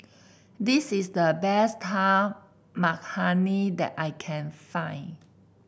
this is the best Dal Makhani that I can find